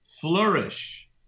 flourish